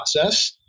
process